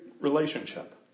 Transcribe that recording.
relationship